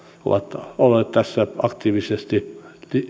ovat olleet tässä aktiivisesti